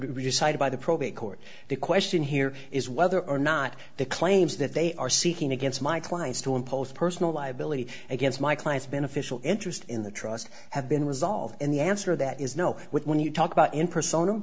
be decided by the probate court the question here is whether or not the claims that they are seeking against my clients to impose personal liability against my clients beneficial interest in the trust have been resolved and the answer that is no when you talk about in persona